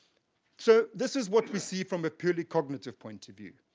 so this is what we see from a purely cognitive point of view.